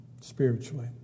spiritually